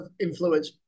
influence